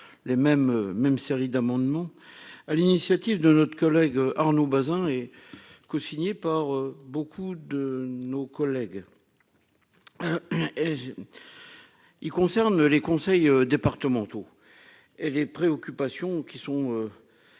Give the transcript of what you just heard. les mêmes même série d'amendements à l'initiative de notre collègue Arnaud Bazin et co-signé par beaucoup de nos collègues et il concerne les conseils départementaux et les préoccupations qui sont